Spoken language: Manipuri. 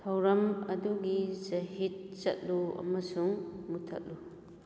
ꯊꯧꯔꯝ ꯑꯗꯨꯒꯤ ꯆꯍꯤꯠ ꯆꯠꯂꯨ ꯑꯃꯁꯨꯡ ꯃꯨꯊꯠꯂꯨ